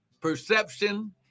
perception